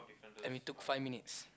and we took five minutes